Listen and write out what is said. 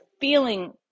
feeling